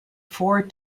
four